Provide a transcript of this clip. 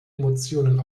emotionen